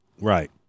right